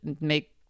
make